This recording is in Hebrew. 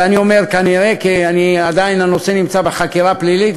ואני אומר "כנראה" כי הנושא עדיין נמצא בחקירה פלילית,